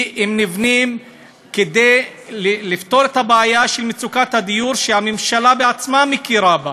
הם נבנים כדי לפתור את הבעיה של מצוקת הדיור שהממשלה בעצמה מכירה בה,